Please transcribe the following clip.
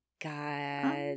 God